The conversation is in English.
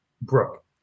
Brooke